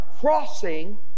crossing